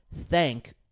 thank